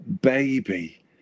baby